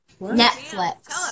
Netflix